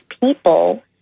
people